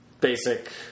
basic